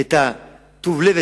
את טוב הלב,